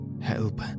Help